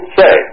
say